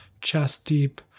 chest-deep